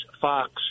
Fox